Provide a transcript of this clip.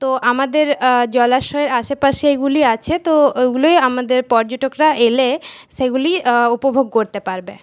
তো আমাদের জলাশয়ের আশেপাশে এগুলি আছে তো ওগুলোই আমাদের পর্যটকরা এলে সেগুলিই উপভোগ করতে পারবে